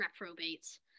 reprobates